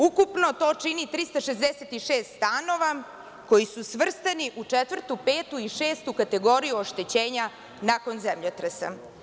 Ukupno to čini 366 stanova koji su svrstani u četvrtu, petu i šestu kategoriju oštećenja nakon zemljotresa.